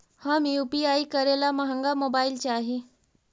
हम यु.पी.आई करे ला महंगा मोबाईल चाही?